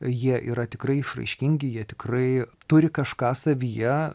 jie yra tikrai išraiškingi jie tikrai turi kažką savyje